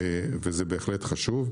וזה בהחלט חשוב.